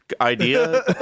idea